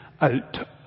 out